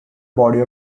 body